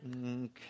Okay